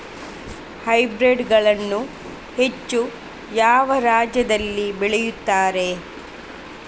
Hybrid ಗಳನ್ನು ಹೆಚ್ಚು ಯಾವ ರಾಜ್ಯದಲ್ಲಿ ಬೆಳೆಯುತ್ತಾರೆ?